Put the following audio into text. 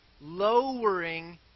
lowering